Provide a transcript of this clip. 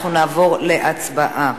אנחנו נעבור להצבעה.